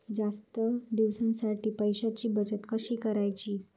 जास्त दिवसांसाठी पैशांची बचत कशी करायची?